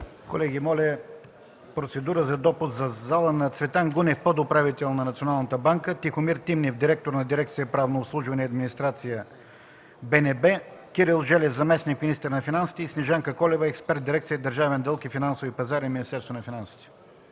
Колеги, моля за процедура за допуск в залата на: Цветан Гунев – подуправител на Националната банка; Тихомир Тимнев – директор на дирекция „Правно обслужване и администрация” – БНБ; Кирил Желев – заместник-министър на финансите, и Снежанка Колева – експерт в дирекция „Държавен дълг и финансови пазари” в Министерството на финансите.